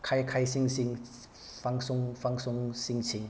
开开心心放松放松心情